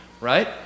Right